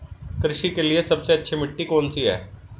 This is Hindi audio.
कृषि के लिए सबसे अच्छी मिट्टी कौन सी है?